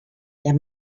der